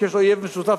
כשיש אויב משותף,